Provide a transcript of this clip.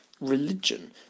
religion